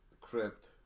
crypt